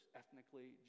ethnically